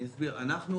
זה